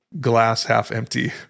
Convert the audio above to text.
glass-half-empty